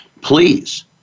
please